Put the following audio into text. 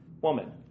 Woman